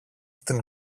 στην